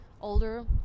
older